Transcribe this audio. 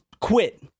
quit